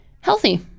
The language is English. healthy